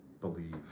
believe